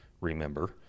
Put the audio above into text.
remember